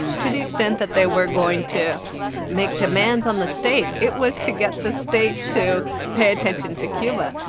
to the extent that they were going to make demands on the state, it was to get the state to pay attention to cuba.